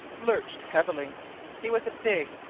lurched heavily he was a big,